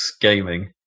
Gaming